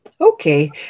Okay